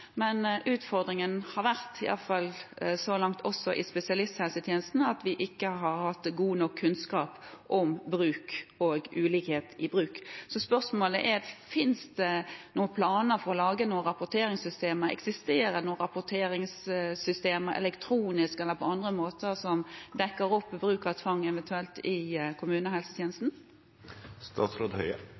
men utfordringen har vært – iallfall så langt i spesialisthelsetjenesten – at vi ikke har hatt god nok kunnskap om bruk og ulikhet i bruk. Så spørsmålet er: Finnes det noen planer for å lage noen rapporteringssystemer? Eksisterer det rapporteringssystemer, elektronisk eller på annen måte, som dekker eventuell bruk av tvang i